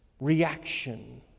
reaction